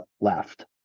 left